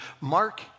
Mark